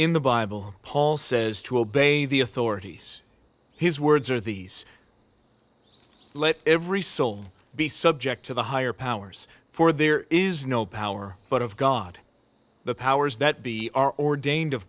in the bible paul says to obey the authorities his words are these let every soul be subject to the higher powers for there is no power but of god the powers that be are ordained of